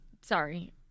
sorry